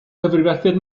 cyfrifiadur